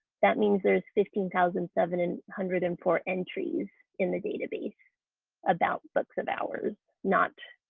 that means there's fifteen thousand seven and hundred and four entries in the database about books of hours, not